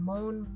Moon